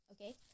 okay